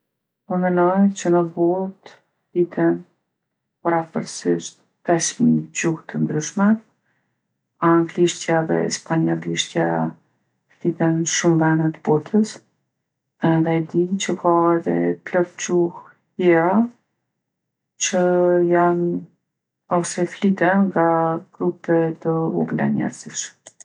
Unë menoj që në botë fliten përafërsisht pesë mi gjuhë të ndryshme. Anglishtja dhe spanjollishtja fliten n'shumë vene t'botës. Edhe e di që ka edhe plot gjuhë tjera që janë ose fliten nga grupe të vogla njerzish.